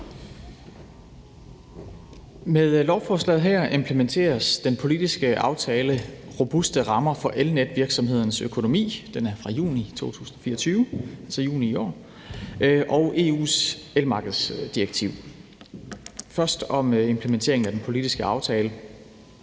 Med lovforslaget her implementeres den politiske aftale »Robuste rammer for elnetvirksomhedernes økonomi« fra juni 2024 og EU's elmarkedsdirektiv. Først vil jeg sige noget om implementeringen af den politiske aftale,